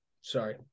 Sorry